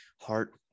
heart